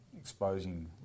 exposing